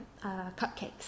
Cupcakes